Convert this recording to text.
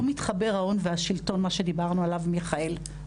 פה מתחבר ההון והשלטון, מה שדיברנו עליו מיכאל.